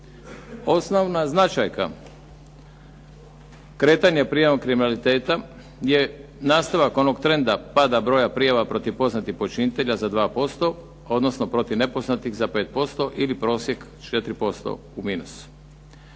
Osnovna značajka kretanja prijavom kriminaliteta je nastavak onog trenda pada broja prijava protiv poznatih počinitelja za 2%, odnosno protiv nepoznatih za 5% ili prosjek 4% u minusu.